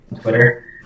Twitter